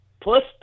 Plus